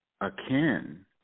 akin